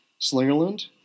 Slingerland